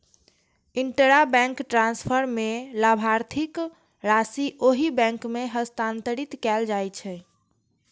intrabank transfer मे लाभार्थीक राशि ओहि बैंक मे हस्तांतरित कैल जाइ छै